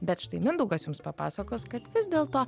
bet štai mindaugas jums papasakos kad vis dėlto